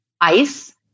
ice